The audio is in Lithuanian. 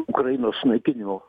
ukrainos sunaikinimo